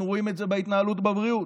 אנחנו רואים את זה בהתנהלות בבריאות: